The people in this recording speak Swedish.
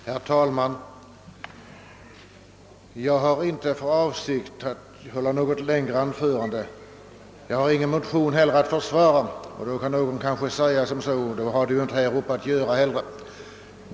Herr talman! Jag har inte för avsikt att hålla något längre anförande. Eftersom jag inte har någon motion att försvara kanske någon vill säga: Då har Du inte heller i talarstolen att göra!